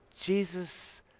Jesus